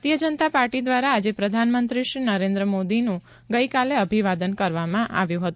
ભારતીય જનતા પાર્ટી દ્વારા પ્રધાનમંત્રી શ્રી નરેન્દ્ર મોદીનું ગઇકાલે જાહેર અભિવાદન કરવામાં આવ્યું છે